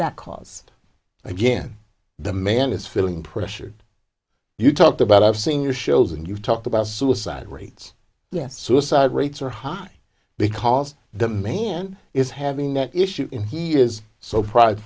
that cause again the man is feeling pressured you talked about i've seen your shows and you've talked about suicide rates yes suicide rates are high because the man is having issues in he is so pri